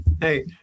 Hey